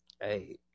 hey